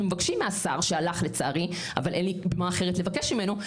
אנחנו מבקשים מהשר שהלך לצערי אבל אין לי במה אחרת לבקש ממנו,